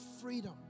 freedom